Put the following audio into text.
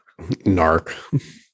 Narc